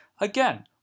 Again